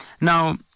Now